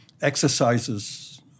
exercises